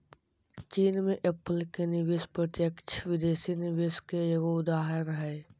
चीन मे एप्पल के निवेश प्रत्यक्ष विदेशी निवेश के एगो उदाहरण हय